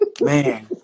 Man